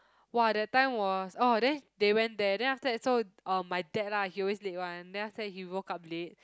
!wah! that time was oh then they went there then after that so um my dad lah he always late one then after that he woke up late